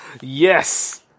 Yes